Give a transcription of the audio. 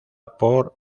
por